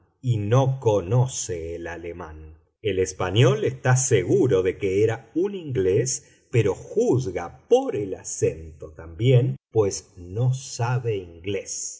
y no conoce el alemán el español está seguro de que era un inglés pero juzga por el acento también pues no sabe inglés